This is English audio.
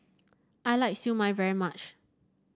I like Siew Mai very much